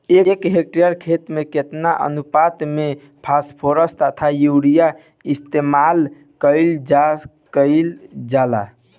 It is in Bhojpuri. एक हेक्टयर खेत में केतना अनुपात में फासफोरस तथा यूरीया इस्तेमाल कईल जाला कईल जाला?